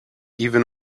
even